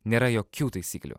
nėra jokių taisyklių